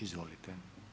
Izvolite.